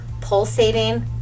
pulsating